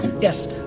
Yes